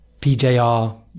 PJR